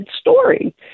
story